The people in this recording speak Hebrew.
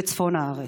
בצפון הארץ?